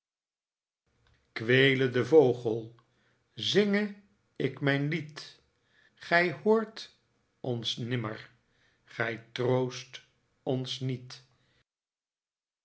kweele de vogel zinge ik mijn lied gij hoort ons nimmer gij troost ons niet